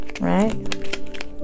Right